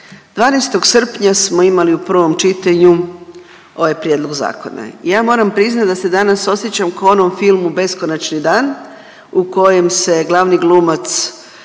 12. srpnja smo imali u prvom čitanju ovaj prijedlog zakona i ja moram priznati da se danas osjećam ko u onom filmu Beskonačni dan u kojem se glavni glumac